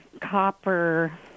copper